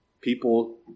people